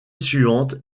suivante